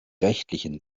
rechtlichen